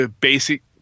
basic